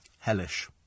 Hellish